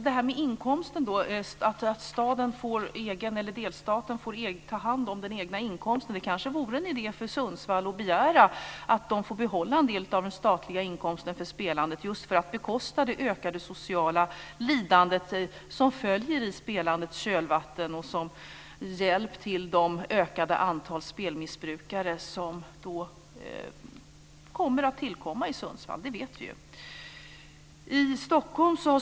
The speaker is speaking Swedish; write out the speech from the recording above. Det kanske vore en idé också för Sundsvall att begära att staden får behålla en del av den statliga inkomsten från spelandet just för att bekosta det ökade sociala lidande som följer i spelandets kölvatten och som hjälp till det ökande antal spelmissbrukare som kommer att tillkomma i staden. Vi vet ju att antalet kommer att öka.